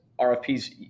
RFPs